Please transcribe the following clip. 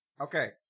Okay